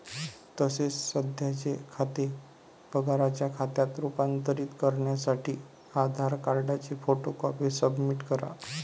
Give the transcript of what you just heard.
तसेच सध्याचे खाते पगाराच्या खात्यात रूपांतरित करण्यासाठी आधार कार्डची फोटो कॉपी सबमिट करा